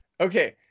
Okay